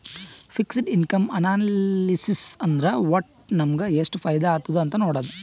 fixed income analysis ಅಂದುರ್ ವಟ್ಟ್ ನಮುಗ ಎಷ್ಟ ಫೈದಾ ಆತ್ತುದ್ ಅಂತ್ ನೊಡಾದು